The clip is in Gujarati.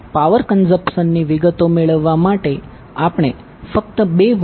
પાવર કન્ઝપશન ની વિગતો મેળવવા માટે આપણે ફક્ત 2 વોટમીટરનો ઉપયોગ કરી શકીએ છીએ